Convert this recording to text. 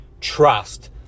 trust